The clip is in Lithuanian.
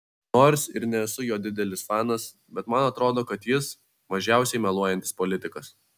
nors ir nesu jo didelis fanas bet man atrodo kad jis mažiausiai meluojantis politikas